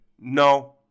no